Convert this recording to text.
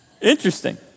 Interesting